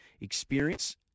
experience